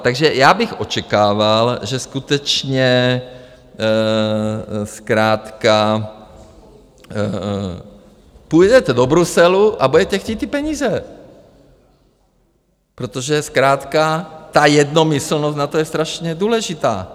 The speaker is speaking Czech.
Takže já bych očekával, že skutečně zkrátka půjdete do Bruselu a budete chtít ty peníze, protože zkrátka ta jednomyslnost na to je strašně důležitá.